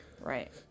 right